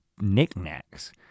knickknacks